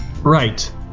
right